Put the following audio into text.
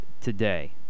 today